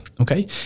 okay